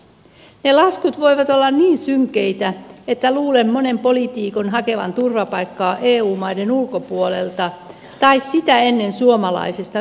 ne laskut voivat olla niin synkeitä että luulen monen poliitikon hakevan turvapaikkaa eu maiden ulkopuolelta tai sitä ennen suomalaisesta virkamiesportaasta